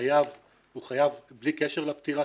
שהחייב הוא חייב בלי קשר לפטירה?